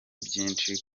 byinshi